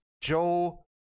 Joe